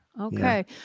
Okay